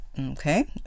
Okay